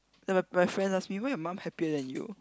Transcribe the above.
then my my friends ask me why your mum happier than you